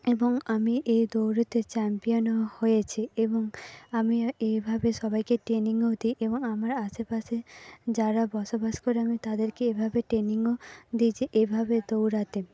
এবং আমি এই দৌড়েতে চ্যাম্পিয়নও হয়েছি এবং আমি এইভাবে সবাইকে ট্রেনিংও দিই এবং আমরা আশেপাশে যারা বসবাস করে আমি তাদেরকে এভাবে ট্রেনিংও দিয়েছি এভাবে দৌড়াতে